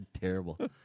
terrible